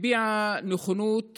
הביעה נכונות